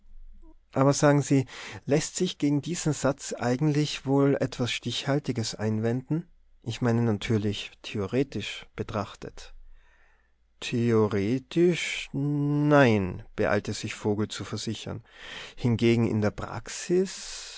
aber sagen sie läßt sich gegen diesen satz eigentlich wohl etwas stichhaltiges einwenden ich meine natürlich theoretisch betrachtet theoretisch nein beeilte sich vogel zu versichern hingegen in der praxis